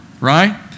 right